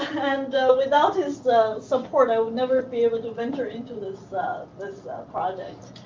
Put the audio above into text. and without his support, i would never be able to venture into this this project.